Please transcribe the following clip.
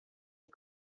est